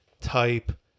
type